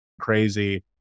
crazy